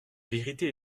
vérité